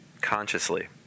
consciously